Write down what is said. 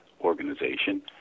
organization